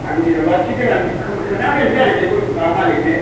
आं जेनेबा थि खालामना दोनखानोसै आरो बे माबा मालिगनो